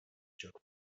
jerk